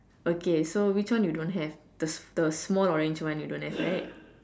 okay so which one you don't have the the small orange one you don't have right